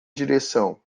direção